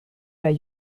bij